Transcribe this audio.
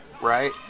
Right